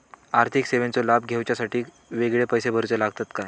आर्थिक सेवेंचो लाभ घेवच्यासाठी वेगळे पैसे भरुचे लागतत काय?